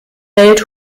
welt